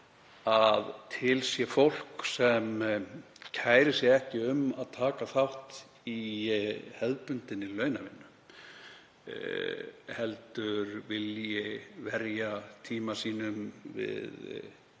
að til sé fólk sem kærir sig ekki um að taka þátt í hefðbundinni launavinnu, heldur vilji verja tíma sínum í